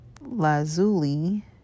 Lazuli